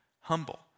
Humble